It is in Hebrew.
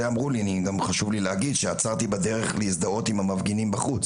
חשוב לי להגיד שעצרתי בדרך להזדהות עם המפגינים בחוץ,